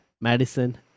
Madison